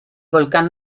volcán